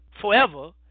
forever